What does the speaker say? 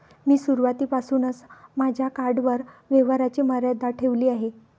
मी सुरुवातीपासूनच माझ्या कार्डवर व्यवहाराची मर्यादा ठेवली आहे